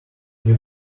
you